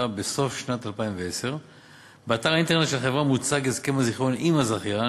בסוף שנת 2010. באתר האינטרנט של החברה מוצג הסכם הזיכיון עם הזכיין,